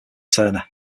turner